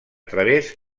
través